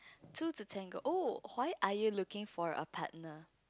two to tango oh why are you looking for a partner